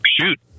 shoot